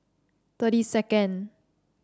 thirty second